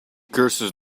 curses